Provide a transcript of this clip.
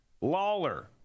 Lawler